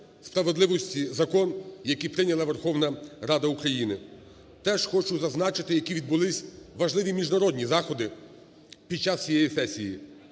справедливості Закон, який прийняла Верховна Рада України. Теж хочу зазначити які відбулися важливі міжнародні заходи під час цієї сесії.